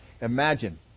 imagine